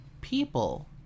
people